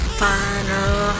final